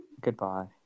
Goodbye